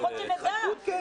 אבל לפחות שתצא התחייבות,